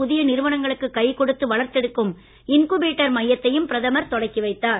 புதிய நிறுவனங்களுக்கு கை கொடுத்து வளர்த்து எடுக்கும் இன்குபேட்டர் மையத்தையும் பிரதமர் தொடக்கி வைத்தார்